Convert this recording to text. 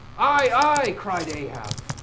aye aye cried ahab.